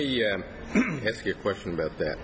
me ask you a question about that